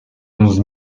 onze